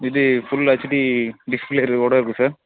இது full HD display ஓட இருக்குது சார்